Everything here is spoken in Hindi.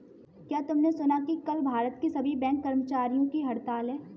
क्या तुमने सुना कि कल भारत के सभी बैंक कर्मचारियों की हड़ताल है?